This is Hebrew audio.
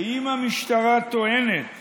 ואם המשטרה טוענת